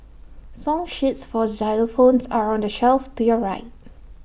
song sheets for xylophones are on the shelf to your right